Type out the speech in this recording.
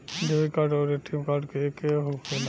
Debit card आउर ATM card एके होखेला?